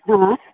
हा